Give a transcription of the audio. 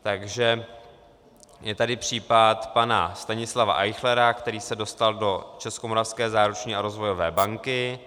Takže je tady případ pana Stanislava Eichlera, který se dostal do Českomoravské záruční a rozvojové banky.